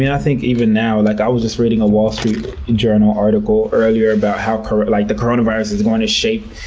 yeah i think even now, like, i was just reading a wall street journal article earlier about how like the coronavirus is going to shape,